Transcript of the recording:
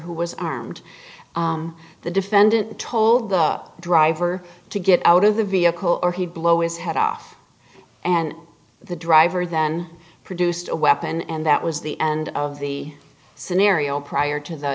who was armed the defendant told the driver to get out of the vehicle or he blow is head off and the driver then produced a weapon and that was the end of the scenario prior to the